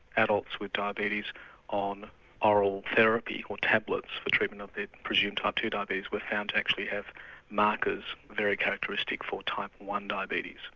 adults with diabetes on oral therapy or tablets for treatment of their presumed type two diabetes were found to actually have markers very characteristic for type one diabetes.